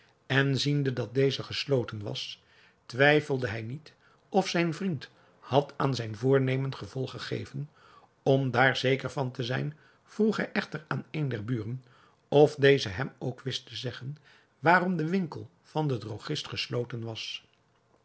en ziende dat deze gesloten was twijfelde hij niet of zijn vriend had aan zijn voornemen gevolg gegeven om daar zeker van te zijn vroeg hij echter aan een der buren of deze hem ook wist te zeggen waarom de winkel van den drogist gesloten was